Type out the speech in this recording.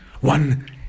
one